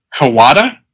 Kawada